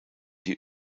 die